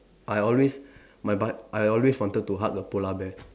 I always my but I always wanted to hug a polar bear